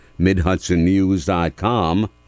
MidHudsonNews.com